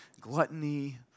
gluttony